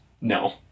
No